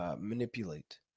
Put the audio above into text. Manipulate